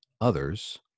others